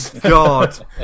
God